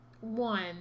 one